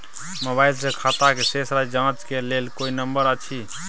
Mobile से खाता के शेस राशि जाँच के लेल कोई नंबर अएछ?